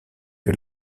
que